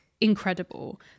incredible